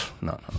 no